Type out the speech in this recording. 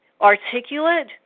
articulate